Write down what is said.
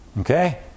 Okay